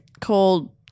called